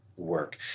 work